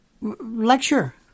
lecture